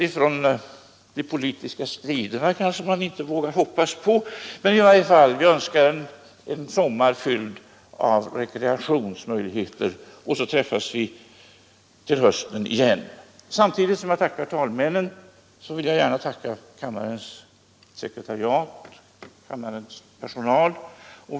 Frihet från de politiska striderna kanske man inte vågar hoppas på. Och så träffas vi till hösten igen. Samtidigt som jag tackar talmännen vill jag gärna tacka också kammarens sekretariat och personal.